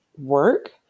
work